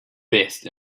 best